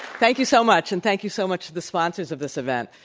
thank you so much, and thank you so much to the sponsors of this event.